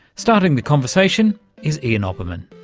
starting the conversation is ian opperman.